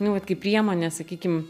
nu vat kaip priemonė sakykim